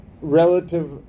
relative